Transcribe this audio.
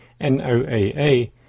NOAA